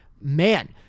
man